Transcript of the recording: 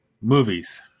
movies